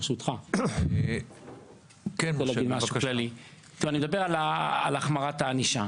ברשותך, אדבר על החמרת הענישה.